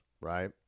right